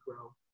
grow